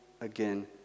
again